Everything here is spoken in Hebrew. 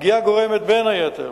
הפגיעה גורמת בין היתר